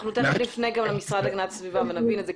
נפנה גם למשרד להגנת הסביבה ונבין את זה,